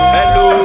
Hello